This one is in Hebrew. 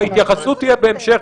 ההתייחסות תהיה בהמשך,